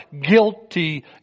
guilty